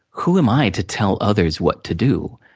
who am i to tell others what to do?